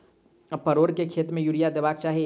परोर केँ खेत मे यूरिया देबाक चही?